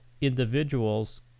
individuals